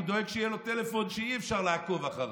הוא דואג שיהיה לו טלפון שאי-אפשר לעקוב אחריו,